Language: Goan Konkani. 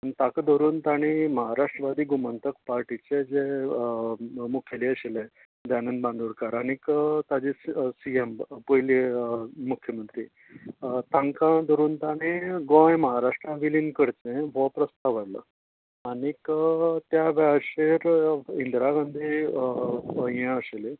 ताका धरून ताणी म्हाराष्ट्रवादी गोमंतक पार्टीचें जे मुखेली आशिल्लें दयानंद बांडोडकर आनीक ताजे सी सी एम पयली मुख्या मंत्री तांकां धरून ताणें गोंय म्हाराष्ट्रात विलीन करचें व्हो प्रस्ताव हाडलो आनीक त्या वेळाचेर इंदरा गांधी हे आशिल्ली